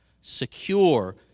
secure